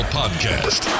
podcast